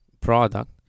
product